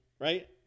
right